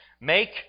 make